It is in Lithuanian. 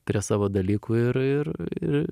prie savo dalykų ir ir i